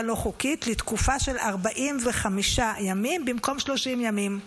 לא חוקית לתקופה של 45 ימים במקום 30 ימים,